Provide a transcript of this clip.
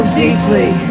deeply